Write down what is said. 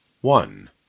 one